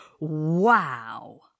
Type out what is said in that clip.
Wow